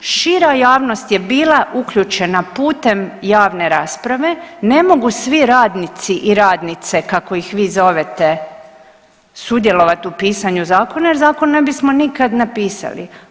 Šira javnost je bila uključena putem javne rasprave, ne mogu svi radnici i radnice kako ih vi zovete sudjelovat u pisanju zakona jer zakon ne bismo nikad napisali.